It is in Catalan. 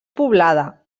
poblada